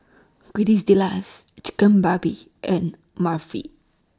Quesadillas Chigenabe and Barfi